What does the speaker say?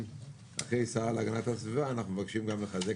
אחרי 'השרה להגנת הסביבה' אנחנו מבקשים גם לחזק